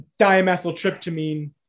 dimethyltryptamine